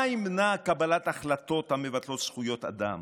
מה ימנע קבלת החלטות המבטלות זכויות אדם